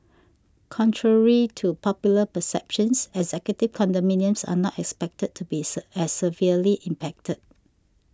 contrary to popular perceptions executive condominiums are not expected to be as severely impacted